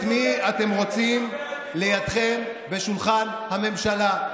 את מי אתם רוצים לידכם בשולחן הממשלה?